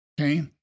okay